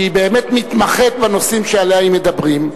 שהיא באמת מתמחה בנושאים שעליהם היא מדברת,